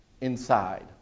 inside